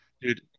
Dude